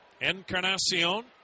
Encarnacion